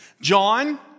John